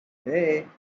hey